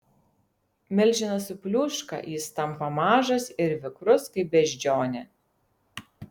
milžinas supliūška jis tampa mažas ir vikrus kaip beždžionė